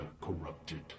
corrupted